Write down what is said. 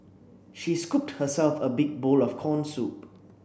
she scooped herself a big bowl of corn soup